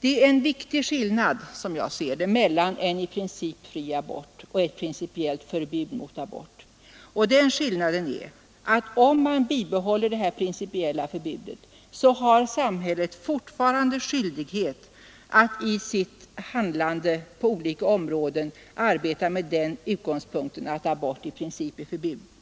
Det är en viktig skillnad, som jag ser det, mellan en i princip fri abort och ett principiellt förbud mot abort, och den skillnaden är att om man bibehåller det principiella förbudet så har samhället fortfarande skyldighet att i sitt handlande på olika områden arbeta med den utgångspunkten att abort i princip är